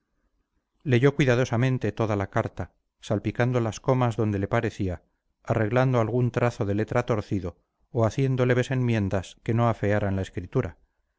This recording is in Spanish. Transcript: leyó cuidadosamente toda la carta salpicando las comas donde le parecía arreglando algún trazo de letra torcido o haciendo leves enmiendas que no afearan la escritura